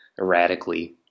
erratically